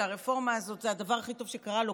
שהרפורמה הזאת זה הדבר הכי טוב שקרה לו,